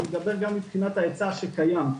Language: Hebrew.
אני מדבר גם מבחינת ההיצע שקיים.